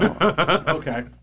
Okay